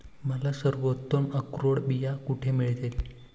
मला सर्वोत्तम अक्रोड बिया कुठे मिळतील